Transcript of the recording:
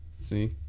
see